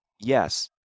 yes